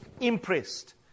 impressed